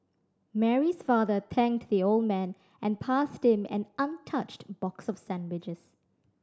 Mary's father thanked the old man and passed him an untouched box of sandwiches